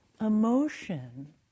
emotion